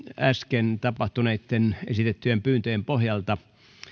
äsken esitettyjen pyyntöjen pohjalta